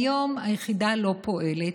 והיום היחידה לא פועלת,